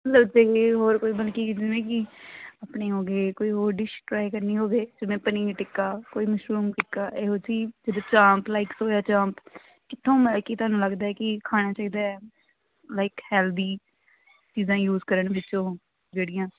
ਮਤਲਬ ਅਤੇ ਹੋਰ ਕੋਈ ਬਲਕਿ ਜਿਵੇਂਕਿ ਆਪਣੇ ਹੋ ਗਏ ਕੋਈ ਹੋਰ ਡਿਸ਼ ਟ੍ਰਾਈ ਕਰਨੀ ਹੋਵੇ ਜਿਵੇਂ ਪਨੀਰ ਟਿੱਕਾ ਕੋਈ ਮਸ਼ਰੂਮ ਟਿੱਕਾ ਇਹੋ ਜਿਹੀ ਜਿੱਦਾਂ ਚਾਪ ਲਾਈਕ ਸੋਯਾ ਚਾਪ ਕਿੱਥੋਂ ਮੈ ਕੀ ਤੁਹਾਨੂੰ ਲੱਗਦਾ ਕੀ ਖਾਣਾ ਚਾਹੀਦਾ ਹੈ ਲਾਈਕ ਹੈਲਦੀ ਚੀਜ਼ਾਂ ਯੂਜ਼ ਕਰਨ ਵਿੱਚ ਉਹ ਜਿਹੜੀਆਂ